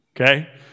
okay